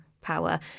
power